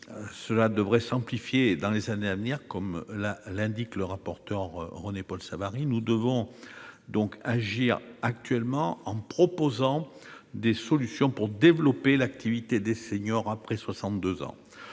devrait s'amplifier dans les années à venir, comme l'indique le rapporteur René-Paul Savary. Nous devons donc agir dès à présent, en proposant des solutions pour développer l'activité des seniors après 62 ans.